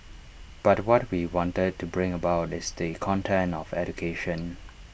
but what we wanted to bring about is the content of education